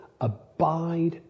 abide